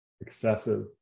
excessive